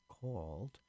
called